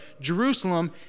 Jerusalem